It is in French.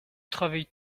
travailles